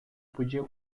podia